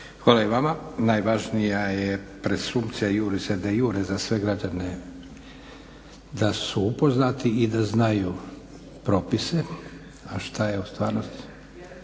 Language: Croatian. Hvala i vama. Najvažnija je presumpcija juris et de iure za sve građane da su upoznati i da znaju propise, a što je u stvarnosti